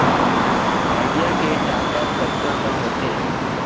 Idea के top आप कतका म होथे?